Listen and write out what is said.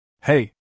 Hey